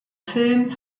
film